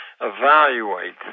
evaluate